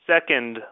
Second